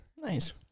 Nice